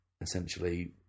essentially